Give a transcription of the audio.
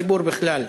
הציבור בכלל: